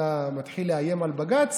אתה מתחיל לאיים על בג"ץ?